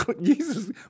Jesus